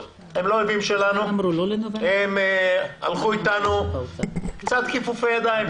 הם הלכו איתנו קצת כיפופי ידיים,